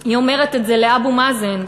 היא אומרת את זה לאבו מאזן,